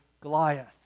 Goliath